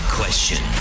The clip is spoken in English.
question